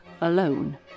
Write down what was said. alone